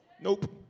Nope